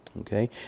okay